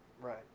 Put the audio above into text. Right